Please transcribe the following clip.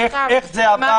איך זה עבר